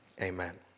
amen